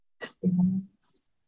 experience